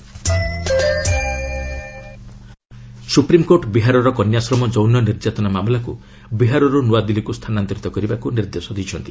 SC Bihar supreme court ବିହାରର କନ୍ୟାଶ୍ରମ ଯୌନ ନିର୍ଯାତନା ମାମଲାକୁ ବିହାରରୁ ନୂଆଦିଲ୍ଲୀକୁ ସ୍ଥାନାନ୍ତରିତ କରିବାକୁ ନିର୍ଦ୍ଦେଶ ଦେଇଛନ୍ତି